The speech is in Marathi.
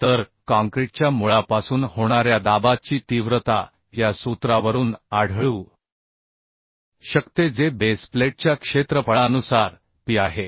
तर काँक्रीटच्या मुळापासून होणाऱ्या दबावाची तीव्रता या सूत्रावरून आढळू शकते जे बेस प्लेटच्या क्षेत्रफळानुसार p आहे